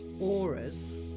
auras